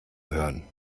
hören